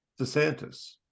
DeSantis